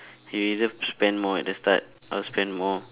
you either spend more at the start or spend more